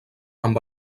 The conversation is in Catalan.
amb